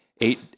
eight